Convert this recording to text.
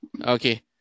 Okay